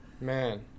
Man